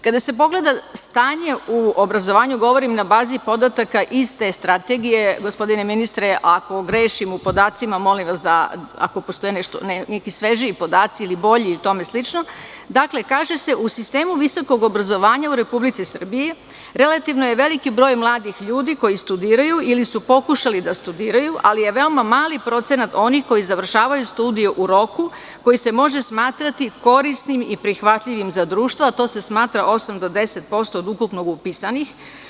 Kada se pogleda stanje u obrazovanju, govorim na bazi podataka iste strategije, gospodine ministre, ako grešim u podacima molim vas da ako postoje neki svežiji podaci ili bolji i tome slično, dakle kaže se – u sistemu visokog obrazovanja u Republici Srbiji relativno je veliki broj mladih ljudi koji studiraju ili su pokušali da studiraju, ali je veoma mali procenat onih koji završavaju studije u roku, koji se može smatrati korisnim i prihvatljivim za društvo, a to se smatra 8 do 10% od ukupno upisanih.